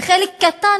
וחלק קטן,